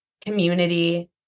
community